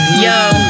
Yo